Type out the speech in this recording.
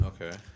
Okay